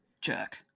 Jerk